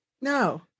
No